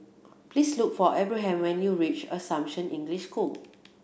please look for Abraham when you reach Assumption English School